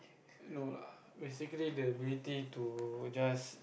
no lah basically the ability to just